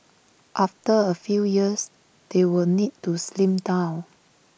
after A few years they will need to slim down